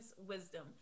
wisdom